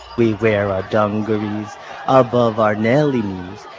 we wear our dungarees above our nellie knees,